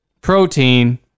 protein